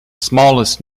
smallest